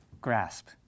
grasp